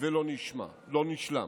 ולא נשלם.